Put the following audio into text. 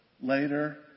Later